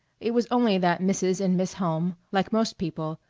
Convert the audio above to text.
it was only that mrs. and miss hulme, like most people,